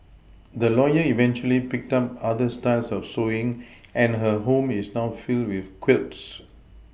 the lawyer eventually picked up other styles of Sewing and her home is now filled with quilts